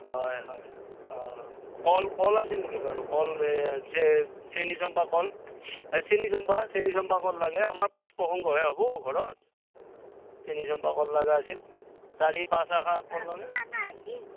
হয় হয় অ কল কল আছিল নেকি বাৰু কল এই চেনীচম্পা কল চেনীচম্পা চেনীচম্পা কল লাগে আমাৰ পাঠ প্ৰসংগহে হ'ব ঘৰত চেনীচম্পা কল লগা হৈছিল চাৰি পাঁচ আষি কল হ'লি